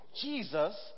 Jesus